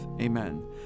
Amen